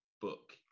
book